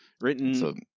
written